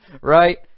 right